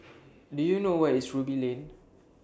Do YOU know Where IS Ruby Lane